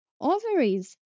ovaries